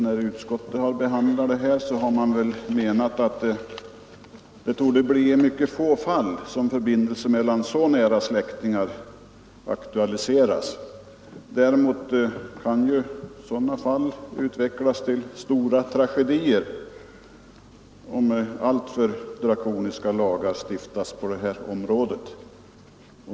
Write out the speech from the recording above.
När utskottet har behandlat ämnet har man menat att det torde bli mycket få fall då förbindelser mellan så nära släktingar aktualiseras. Däremot kan sådana fall utvecklas till stora tragedier, om alltför drakoniska lagar stiftas på detta område.